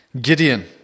Gideon